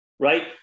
Right